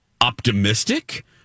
optimistic